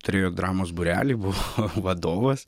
turėjo dramos būrelį buvo vadovas